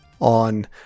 on